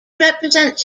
represents